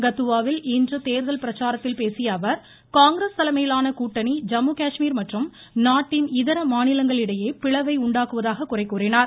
கத்துவாவில் இன்று தேர்தல் பிரச்சாரத்தில் பேசியஅவர் காங்கிரஸ் தலைமையிலான கூட்டணி ஜம்மு காஷ்மீர் மற்றும் நாட்டின் இதர மாநிலங்களுக்கிடையே பிளவை உண்டாக்குவதாக குறை கூறினார்